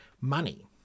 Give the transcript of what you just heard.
money